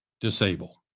disable